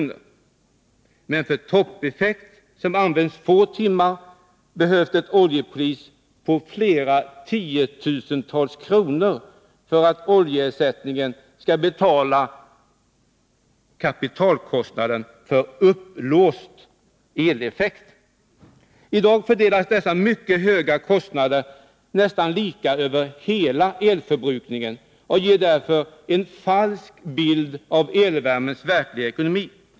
Men för toppeffekt, som används få timmar, behövs ett oljepris på flera tiotusentals kronor för att oljeersättning skall betala kapitalkostnaden för ”upplåst” eleffekt. I dag fördelas dessa mycket höga kostnader nästan lika över hela elförbrukningen och ger därför en falsk bild av elvärmens verkliga ekonomi.